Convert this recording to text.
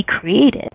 created